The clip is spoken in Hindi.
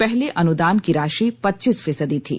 पहले अनुदान की राशि पच्चीस फीसदी थी